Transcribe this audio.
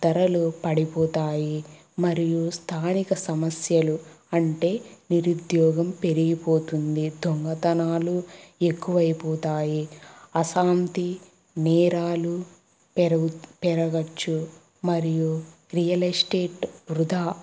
ధరలు పడిపోతాయి మరియు స్థానిక సమస్యలు అంటే నిరుద్యోగం పెరిగిపోతుంది దొంగతనాలు ఎక్కువైపోతాయి అశాంతి నేరాలు పెరుగు పెరగవచ్చు మరియు రియల్ ఎస్టేట్ వృధా